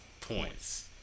points